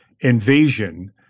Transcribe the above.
invasion